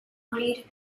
morir